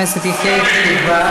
הפוסט-ציוני.